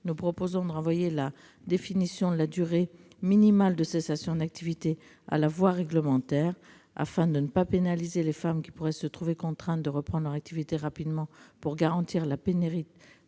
nous proposons de renvoyer la définition de la durée minimale de cessation d'activité à la voie réglementaire. Afin de ne pas pénaliser les femmes qui pourraient se trouver contraintes de reprendre leur activité rapidement pour garantir la pérennité